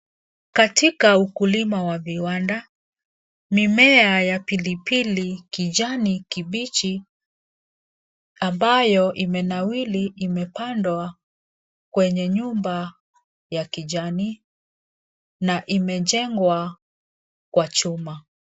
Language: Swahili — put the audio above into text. Katika ukulima wa viwanda, mimea ya pilipili, kijani kibichi ambayo imenawiri imepandwa kwenye nyumba ya kijani na imejengwa kwa chuma.